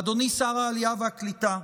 אדוני שר העלייה והקליטה,